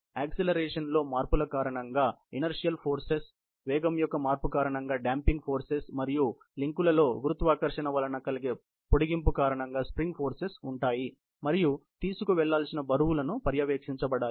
acceleration లో మార్పుల కారణంగా ఇనర్సియల్ ఫోర్సెస్ వేగం యొక్క మార్పు కారణంగా డాంపింగ్ ఫోర్సెస్ మరియు లింకులలో గురుత్వాకర్షణ వలన కలిగే పొడిగింపు కారణంగా స్ప్రింగ్ ఫోర్సెస్ ఉంటాయి మరియు తీసుకువెళ్లాల్సిన బరువులు పర్యవేక్షించబడాలి